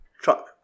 truck